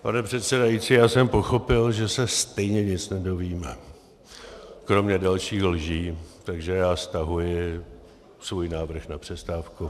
Pane přesedající, já jsem pochopil, že se stejně nic nedozvíme, kromě dalších lží, takže já stahuji svůj návrh na přestávku.